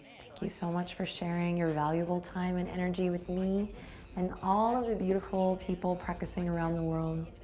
thank you so much for sharing your valuable time and energy with me and all of the beautiful people practicing around the world.